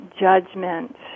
judgment